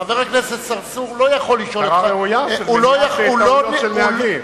חבר הכנסת צרצור לא יכול לשאול, טעויות של נהגים.